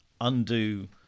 undo